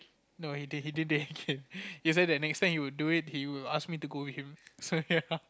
no he did it again he say that next time he will do it he will ask me to go with him so ya